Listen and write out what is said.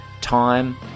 time